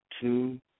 two